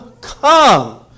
come